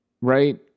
right